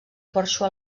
porxo